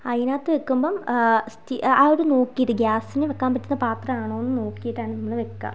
അതിനകത്ത് വയ്ക്കുമ്പം ആ ഒരു നോക്കിയിട്ട് ഗ്യാസിന് വയ്ക്കാൻ പറ്റുന്ന പാത്രമാണോയെന്നു നോക്കിയിട്ടാണ് നമ്മൾ വയ്ക്കുക